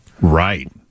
Right